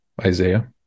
Isaiah